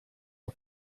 der